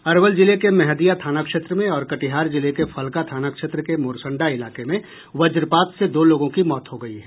अरवल जिले के मेहंदिया थाना क्षेत्र में और कटिहार जिले के फलका थाना क्षेत्र के मोरसंडा इलाके में वज्रपात से दो लोगों की मौत हो गई है